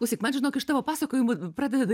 klausyk man žinok iš tavo pasakojimų pradeda